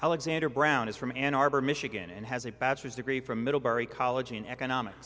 alexander brown is from ann arbor michigan and has a bachelor's degree from middlebury college in economics